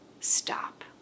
stop